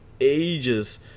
ages